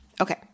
Okay